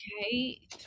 Okay